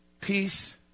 Peace